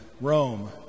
Rome